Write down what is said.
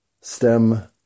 STEM